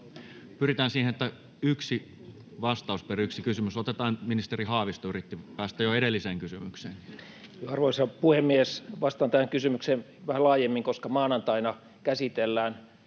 Pyritään siihen, että yksi vastaus per yksi kysymys. Otetaan ministeri Haavisto, hän yritti päästä vastaamaan jo edelliseen kysymykseen. Arvoisa puhemies! Vastaan tähän kysymykseen vähän laajemmin, koska maanantaina käsitellään